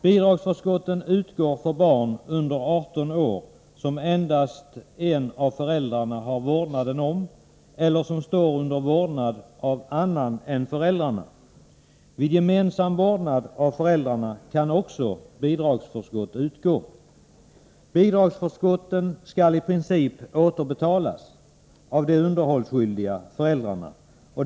Bidragsförskotten utgår till barn under 18 år som endast en av föräldrarna har vårdnaden om eller som står under vårdnad av någon annan än föräldrarna. Vid gemensam vårdnad av barn kan bidragsförskott också utgå. Bidragsförskotten skall i princip återbetalas av de underhållsskyldiga föräldrarna.